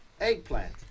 Eggplant